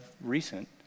recent